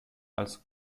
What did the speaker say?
als